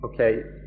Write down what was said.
Okay